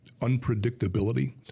unpredictability